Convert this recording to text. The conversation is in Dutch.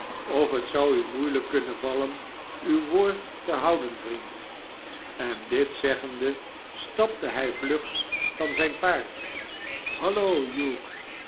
of het zou u moeielijk kunnen vallen uw woord te houden vriend en dit zeggende stapte hij vlug van zijn paard hallo